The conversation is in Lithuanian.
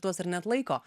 tuos ar neatlaiko